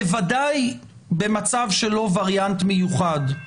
בוודאי במצב של לא וריאנט מיוחד,